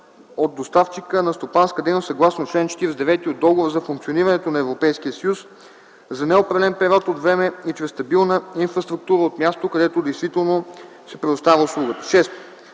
от доставчика на стопанска дейност съгласно чл. 49 от Договора за функционирането на Европейския съюз за неопределен период от време и чрез стабилна инфраструктура от мястото, където действително се предоставя услугата.